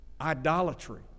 idolatry